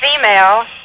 Female